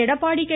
Edappadi K